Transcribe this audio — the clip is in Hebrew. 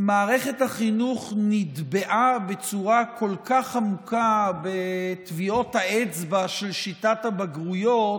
מערכת החינוך נטבעה בצורה כל כך עמוקה בטביעות האצבע של שיטת הבגרויות,